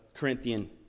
Corinthian